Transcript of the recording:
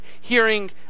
hearing